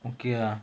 okay uh